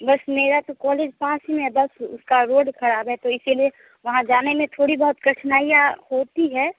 बस मेरा तो कॉलेज पास में है बस उसका रोड ख़राब है तो इसीलिए वहाँ जाने में थोड़ी बहुत कठिनाइयाँ होती है